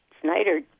Snyder